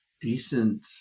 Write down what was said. decent